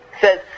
Says